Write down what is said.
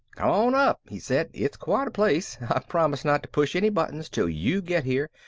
come on up, he said. it's quite a place. i promise not to push any buttons til you get here,